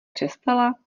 přestala